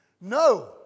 No